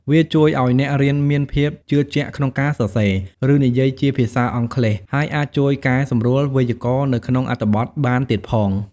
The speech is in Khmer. វាជួយអោយអ្នករៀនមានភាពជឿជាក់ក្នុងការសរសេរ ឬនិយាយជាភាសាអង់គ្លេស ហើយអាចជួយកែសម្រួលវេយ្យាករណ៍នៅក្នុងអត្ថបទបានទៀតផង។